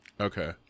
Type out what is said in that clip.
okay